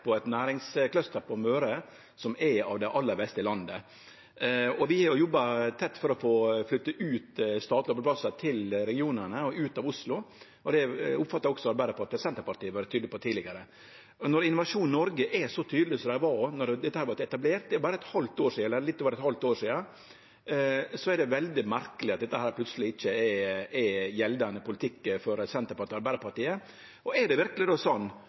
på eit næringscluster på Møre som er av dei aller beste i landet, og vi har jobba tett for å få flytta statlege arbeidsplassar ut til regionane, ut av Oslo. Det oppfattar eg også at Arbeidarpartiet og Senterpartiet har vore tydelege på tidlegare, og når Innovasjon Norge er så tydelege som dei var då dette vart etablert – det er berre litt over eit halvt år sidan – er det veldig merkeleg at dette plutseleg ikkje er gjeldande politikk for Senterpartiet og Arbeidarpartiet. Er det verkeleg då sånn